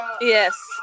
Yes